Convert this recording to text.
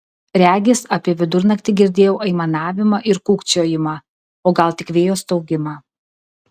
regis apie vidurnaktį girdėjau aimanavimą ir kūkčiojimą o gal tik vėjo staugimą